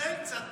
מתנהל קצת משהו.